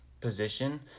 position